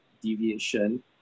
deviation